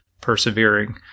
persevering